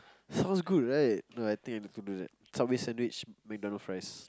sounds good right no I think I need to do that subway sandwich MacDonald fries